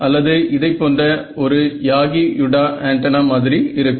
அல்லது இதைப்போன்ற ஒரு யாகி யுடா ஆண்டனா மாதிரி இருக்கும்